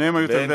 כן.